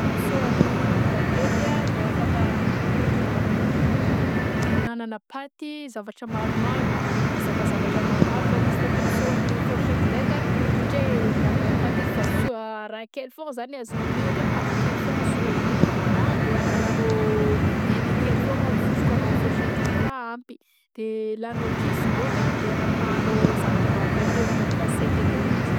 Ny fomba fiasan'ny bagety de afaka ihignanana paty zavatra maromaro, mazaka zavatra maromaro zany izy fa tombotsoa ny foagnarsety ndraika ôhatra hoe ignanana paty izy fa soa raha kely foagna zany azonao amin'io ohatra hoe paty kely foagna sorehana amin'iny na andeha angalanao hena kely foagna asofokanao amin'igny foagnarsety igny fa ampy de ilanao kiso ndraika andeha anapahanao zavatra vaventy eo ambony lasiety akeo izy